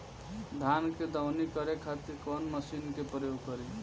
धान के दवनी करे खातिर कवन मशीन के प्रयोग करी?